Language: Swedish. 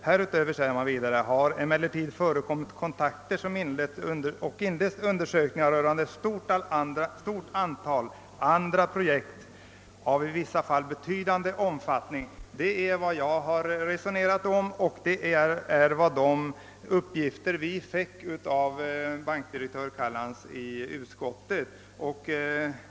Härutöver har emellertid förekommit kontakter och inletts undersökningar rörande ett stort antal andra projekt av i vissa fall betydande omfattning.» Det är vad jag har resonerat om och det är de uppgifter som vi i utskottet fick av bankdirektör Callans.